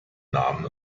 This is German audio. namen